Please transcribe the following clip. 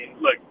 look